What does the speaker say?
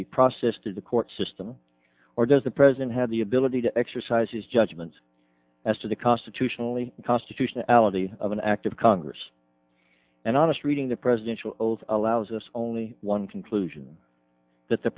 be processed through the court system or does the president have the ability to exercise his judgment as to the constitutionally constitutionality of an act of congress and honest reading the presidential oath allows us only one conclusion that the